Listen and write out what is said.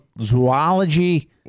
Zoology